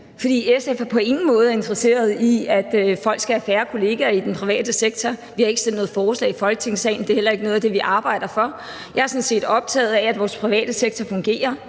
For SF er på ingen måde interesseret i, at folk skal have færre kollegaer i den private sektor. Vi har ikke fremsat noget forslag i Folketingssalen. Det er heller ikke noget af det, vi arbejder for. Jeg er sådan set optaget af, at vores private sektor fungerer,